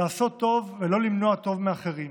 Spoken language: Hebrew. לעשות טוב ולא למנוע טוב מאחרים,